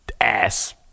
ass